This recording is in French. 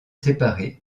séparée